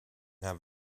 have